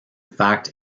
fact